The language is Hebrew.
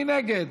מי נגד?